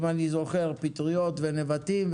אם אני זוכר, פטריות ונבטים.